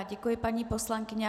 Děkuji, paní poslankyně.